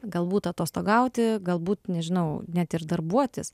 galbūt atostogauti galbūt nežinau net ir darbuotis